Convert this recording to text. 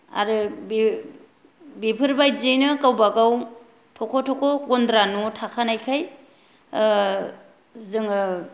आरो बे बेफोर बायदियैनो गावबा गाव थख' थख' गन्द्रा न' थाखानायखाय जोङो